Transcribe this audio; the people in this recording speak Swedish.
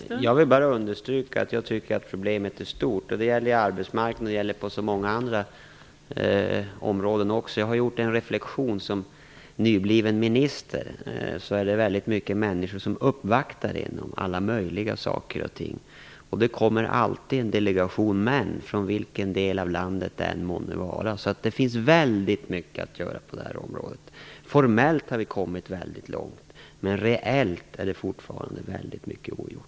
Fru talman! Jag vill bara understryka att jag tycker att problemet är stort. Det gäller på arbetsmarknaden och det gäller på många andra områden. Jag har gjort en reflexion. Som nybliven minister är det väldigt många människor som uppvaktar en om alla möjliga saker, och det kommer alltid en delegation män, vilken del av landet de än kommer ifrån. Det finns väldigt mycket att göra på det här området. Formellt har vi kommit mycket långt, men reellt är fortfarande väldigt mycket ogjort.